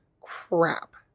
crap